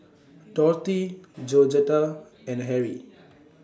Dorthy Georgetta and Harry